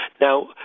Now